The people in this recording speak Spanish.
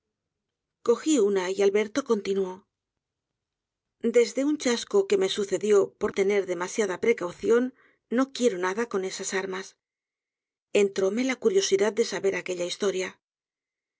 cogí una y alberto continuó desde un chasco que me sucedió por tener demasiada precaución rió quiero nada con esas armas entróme la curiosidad de saber aquella historia